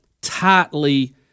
tightly